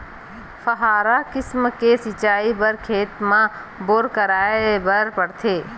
फव्हारा किसम के सिचई बर खेत म बोर कराए बर परथे